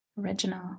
original